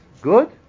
good